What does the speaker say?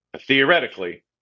Theoretically